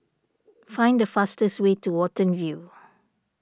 find the fastest way to Watten View